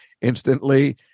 instantly